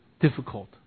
difficult